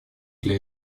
для